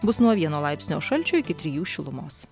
bus nuo vieno laipsnio šalčio iki trijų šilumos